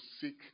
seek